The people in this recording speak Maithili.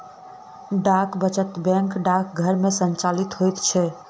डाक वचत बैंक डाकघर मे संचालित होइत छै